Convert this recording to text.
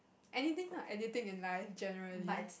anything lah anything in life generally